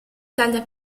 taglia